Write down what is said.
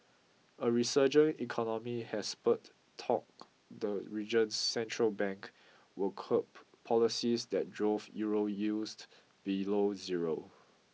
a resurgent economy has spurred talk the region's central bank will curb policies that drove Euro yields below zero